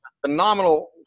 phenomenal